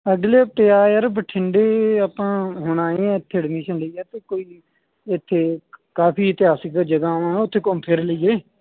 ਅਗਲੇ ਹਫ਼ਤੇ ਆ ਯਾਰ ਬਠਿੰਡੇ ਆਪਾਂ ਹੁਣ ਆਏ ਹਾਂ ਇੱਥੇ ਐਡਮਿਸ਼ਨ ਲਈ ਆ ਅਤੇ ਕੋਈ ਇੱਥੇ ਕਾਫੀ ਇਤਿਹਾਸਿਕ ਜਗ੍ਹਾਵਾਂ ਉੱਥੇ ਘੁੰਮ ਫਿਰ ਲਈਏ